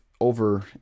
over